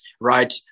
right